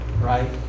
Right